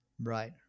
Right